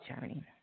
journey